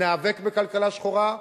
ניאבק בכלכלה שחורה.